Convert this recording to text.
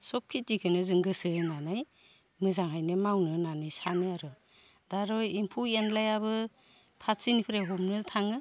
सब खिथिखोनो जों गोसो होनानै मोजाङैनो मावनो होननानै सानो आरो दा आर' एम्फौ एन्लायाबो फारसिनिफ्राय हमनो थाङो